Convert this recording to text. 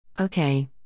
Okay